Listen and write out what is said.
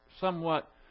somewhat